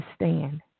understand